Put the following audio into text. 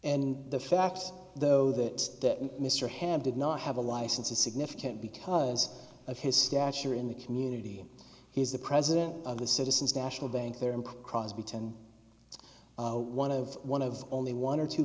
and the fact though that mr ham did not have a license is significant because of his stature in the community he's the president of the citizens national bank there in crosby tend one of one of only one or two